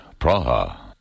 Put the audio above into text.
Praha